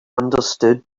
understood